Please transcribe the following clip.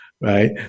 Right